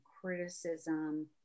criticism